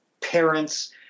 parents